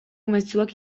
mezuak